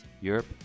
Europe